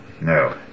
No